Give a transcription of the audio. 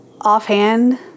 offhand